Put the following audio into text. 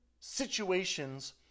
situations